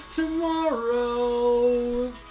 Tomorrow